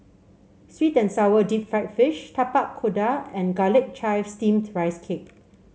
sweet and sour Deep Fried Fish Tapak Kuda and Garlic Chives Steamed Rice Cake